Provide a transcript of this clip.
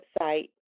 website